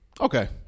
Okay